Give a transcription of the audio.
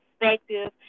perspective